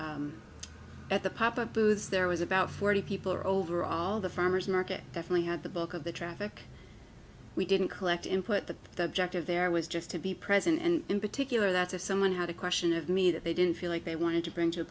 at the proper booths there was about forty people or overall the farmer's market definitely had the bulk of the traffic we didn't collect input the objective there was just to be present and in particular that if someone had a question of me that they didn't feel like they wanted to bring to